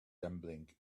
gambling